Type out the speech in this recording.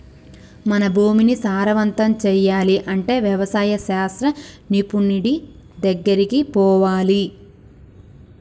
మన భూమిని సారవంతం చేయాలి అంటే వ్యవసాయ శాస్త్ర నిపుణుడి దెగ్గరికి పోవాలి